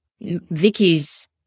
Vicky's